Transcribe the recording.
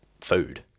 food